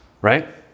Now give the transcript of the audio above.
right